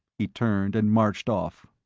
he turned and marched off.